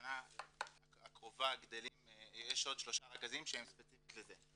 בשנה הקרובה יש עוד שלושה רכזים שהם ספציפית לזה.